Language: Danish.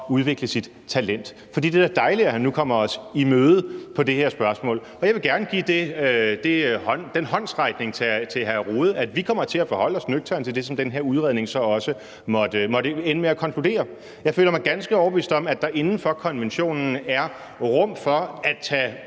udvikle sit talent, for det er da dejligt, at han nu kommer os i møde på det her spørgsmål. Jeg vil gerne give den håndsrækning til hr. Jens Rohde, at vi kommer til at forholde os nøgternt til det, som den her udredning så måtte ende med at konkludere. Jeg føler mig ganske overbevist om, at der inden for konventionen er rum for at tage